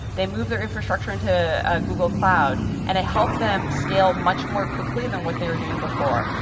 they moved their infrastructure into google cloud. and it helped them scale much more quickly than what they were doing before.